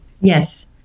yes